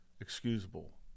excusable